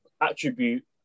attribute